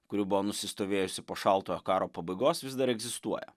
kuri buvo nusistovėjusi po šaltojo karo pabaigos vis dar egzistuoja